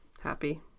happy